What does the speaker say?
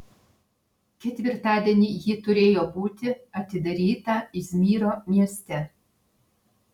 ketvirtadienį ji turėjo būti atidaryta izmyro mieste